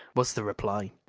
was the reply,